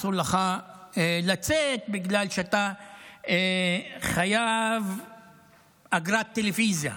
אסור לך לצאת בגלל שאתה חייב אגרת טלוויזיה.